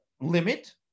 limit